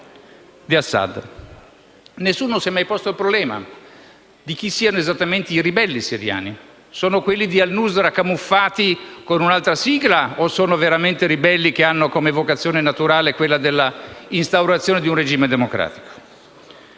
Nessuno si è mai posto il problema di chi siano esattamente i ribelli siriani. Sono quelli di al-Nusra, camuffati con un'altra sigla, o sono veramente ribelli che hanno come vocazione naturale l'instaurazione di un regime democratico?